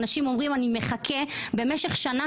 אנשים אומרים: אני מחכה במשך שנה,